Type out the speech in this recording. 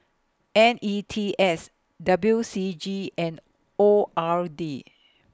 N E T S W C G and O R D